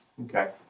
Okay